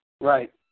Right